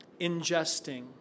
ingesting